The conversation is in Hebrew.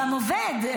גם עובד,